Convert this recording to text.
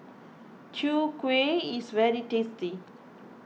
Chwee Kueh is very tasty